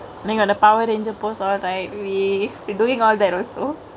and they're goingk to power it into post or they we we doingk all that also